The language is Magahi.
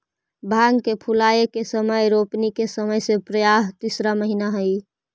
भांग के फूलाए के समय रोपनी के समय से प्रायः तीसरा महीना हई